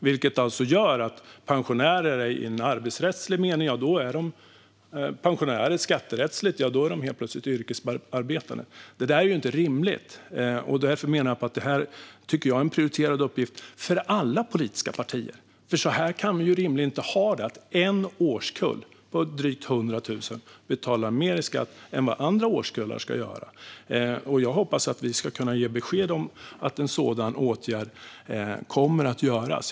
Det gör att dessa pensionärer i arbetsrättslig mening är pensionärer, men i skatterättslig mening är de plötsligt yrkesarbetande. Det är inte rimligt. Därför menar jag att det är en prioriterad uppgift för alla politiska partier. Vi kan inte ha det så att en årskull på drygt 100 000 betalar mer i skatt än andra årskullar ska göra. Jag hoppas att vi ska kunna ge besked om att en sådan åtgärd kommer att vidtas.